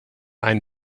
ein